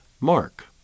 Mark